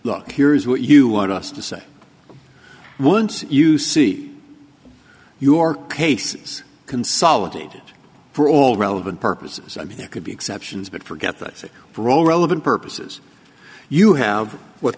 look here's what you want us to say once you see your cases consolidated for all relevant purposes i mean there could be exceptions but forget that for all relevant purposes you have what